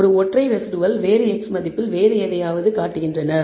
ஒரு ஒற்றை ரெஸிடுவல் வேறு x மதிப்பில் வேறு எதையாவது காட்டுகின்றன